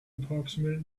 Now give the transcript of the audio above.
approximate